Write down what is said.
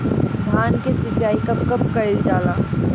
धान के सिचाई कब कब कएल जाला?